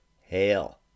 Hail